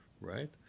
right